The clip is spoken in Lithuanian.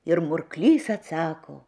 ir murklys atsako